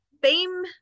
beam